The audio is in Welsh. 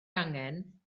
angen